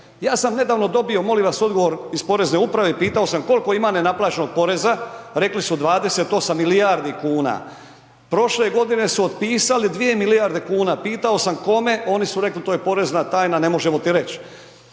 Ja sam nedavno dobio molim vas odgovor iz Porezne uprave i pitao samo koliko ima nenaplaćenog poreza, rekli su 28 milijardi kuna. Prošle godine su otpisali 2 milijarde kuna, pitao sam kome, oni su rekli to je porezna tajna ne možemo ti reć.